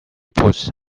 puts